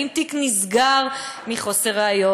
האם תיק נסגר מחוסר ראיות,